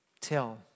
Tell